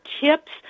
tips